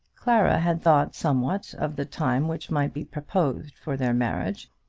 clara had thought somewhat of the time which might be proposed for their marriage,